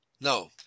no